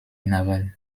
naval